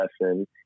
lesson